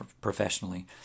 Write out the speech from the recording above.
professionally